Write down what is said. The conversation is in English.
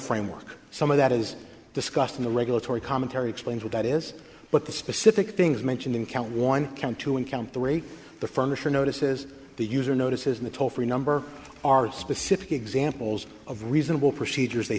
framework some of that is discussed in the regulatory commentary explains what that is but the specific things mentioned in count one count two and count three the furniture notices the user notices in the toll free number are specific examples of reasonable procedures they